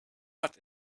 what